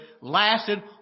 lasted